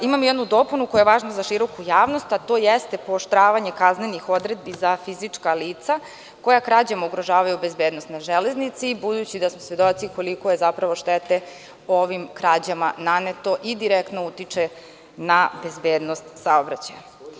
Imam jednu dopunu koja je važna za široku javnost, to jeste pooštravanje kaznenih odredbi za fizička lica koja krađom ugrožavaju bezbednost na železnici, budući da smo svedoci koliko je zapravo štete ovim krađama naneto i direktno utiče na bezbednost saobraćaja.